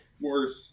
worse